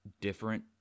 different